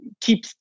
keep